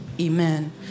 Amen